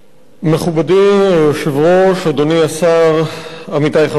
מכובדי היושב-ראש, אדוני השר, עמיתי חברי הכנסת,